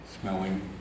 smelling